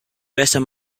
besser